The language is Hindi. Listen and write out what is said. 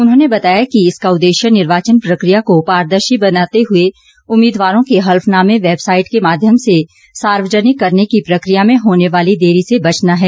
उन्होंने बताया कि इसका उद्देश्य निर्वाचन प्रकिया को पारदर्शी बनाते हुए उम्मीदवारों के हलफनामे वैबसाइट के माध्यम से सार्वजनिक करने की प्रकिया में होने वाली देरी से बचना है